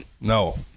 No